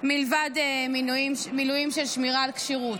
מלבד מילואים של שמירה על כשירות.